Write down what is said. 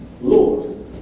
Lord